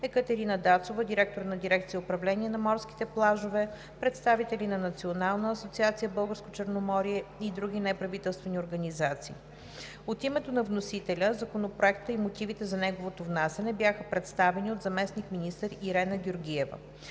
Екатерина Дацова – директор на дирекция „Управление на морските плажове“, представители на Национална асоциация „Българско Черноморие“ и други неправителствени организации. От името на вносителя Законопроектът и мотивите за неговото внасяне бяха представени от заместник-министър Ирена Георгиева.